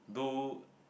do